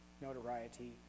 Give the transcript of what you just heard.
notoriety